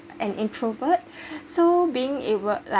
an introvert so being it would like